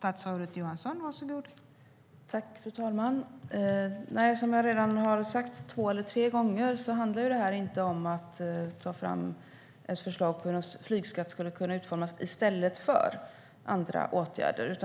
Fru talman! Nej, som jag redan har sagt två eller tre gånger handlar det här inte om att ta fram ett förslag på hur en flygskatt skulle kunna utformas i stället för andra åtgärder.